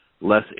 less